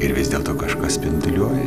ir vis dėlto kažkas spinduliuoja